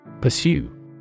Pursue